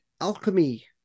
alchemy